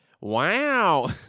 wow